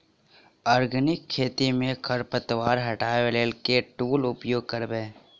Organic खेती मे खरपतवार हटाबै लेल केँ टूल उपयोग करबै?